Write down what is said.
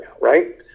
right